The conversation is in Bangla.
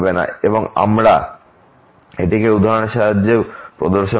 এবং আমরা একটি উদাহরণের সাহায্যেও প্রদর্শন করেছি